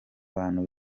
bantu